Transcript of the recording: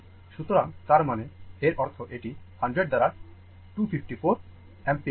সুতরাং তার মানে এর অর্থ এটি 100 দ্বারা 25 4 অ্যাম্পারেস